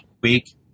week